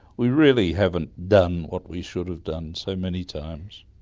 we really haven't done what we should have done so many times.